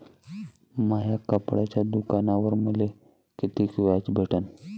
माया कपड्याच्या दुकानावर मले कितीक व्याज भेटन?